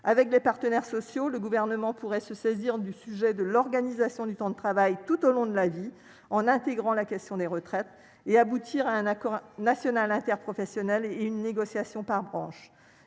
Avec les partenaires sociaux, le Gouvernement pourrait se saisir du sujet de l'organisation du temps de travail tout au long de la vie en y incluant la question des retraites, afin d'aboutir à un accord national interprofessionnel et à une négociation par branche.